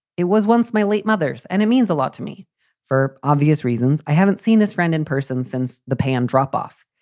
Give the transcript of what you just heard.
it was once my late mother's and it means a lot to me for obvious reasons. i haven't seen this friend in person since the pay on drop off.